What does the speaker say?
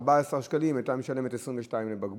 במקום 14 שקלים הייתה משלמת 22 לבקבוק,